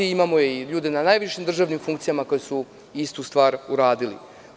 Imamo i ljude na najvišim državnim funkcijama koji su istu stvar uradili.